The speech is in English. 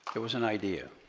there was an idea